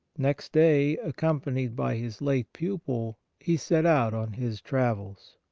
next day, accompanied by his late pupil, he set out on his travels.